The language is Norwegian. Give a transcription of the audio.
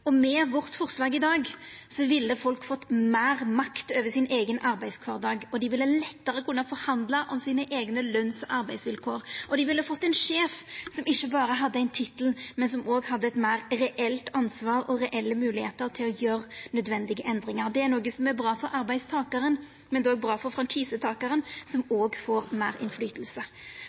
Med vårt forslag i dag ville folk fått meir makt over sin eigen arbeidskvardag, og dei ville lettare kunna forhandla om sine eigne løns- og arbeidsvilkår, og dei ville fått ein sjef som ikkje berre hadde ein tittel, men som òg hadde eit meir reelt ansvar og reelle moglegheiter til å gjera nødvendige endringar. Det er bra for arbeidstakaren, men det er òg bra for franchisetakaren, som òg får